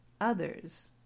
others